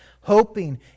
hoping